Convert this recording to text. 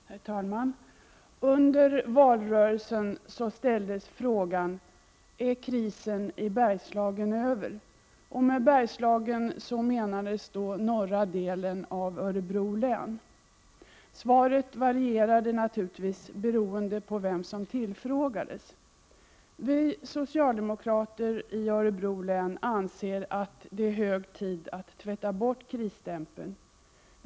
Herr talman! Under valrörelsen ställdes frågan: Är krisen i Bergslagen över? Med Bergslagen menades då norra delen av Örebro län. Svaren varierade naturligtvis beroende på vem som tillfrågades. Vi socialdemokrater i Örebro län anser att det är hög tid att tvätta bort krisstämpeln.